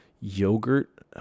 yogurt